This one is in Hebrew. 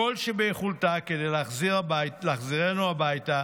כל שביכולתה כדי להחזירנו הביתה,